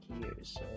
years